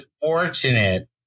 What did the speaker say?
fortunate